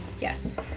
Yes